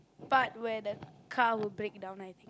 part where that car will break down I think